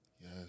Yes